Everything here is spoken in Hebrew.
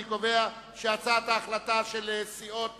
אני קובע שהצעת ההחלטה של סיעות